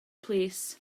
plîs